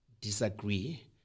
disagree